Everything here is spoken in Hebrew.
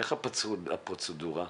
איך הפרוצדורה?